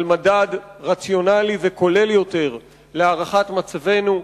מדד רציונלי וכולל יותר להערכת מצבנו.